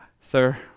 Sir